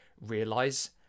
realize